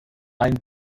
ein